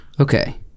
Okay